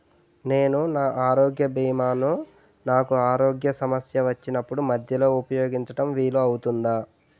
నేను నా ఆరోగ్య భీమా ను నాకు ఆరోగ్య సమస్య వచ్చినప్పుడు మధ్యలో ఉపయోగించడం వీలు అవుతుందా?